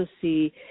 see